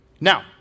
Now